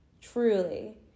truly